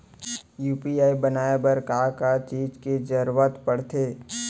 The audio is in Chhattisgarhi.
यू.पी.आई बनाए बर का का चीज के जरवत पड़थे?